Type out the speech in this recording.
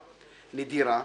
נדירה,